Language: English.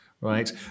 Right